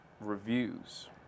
reviews